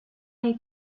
les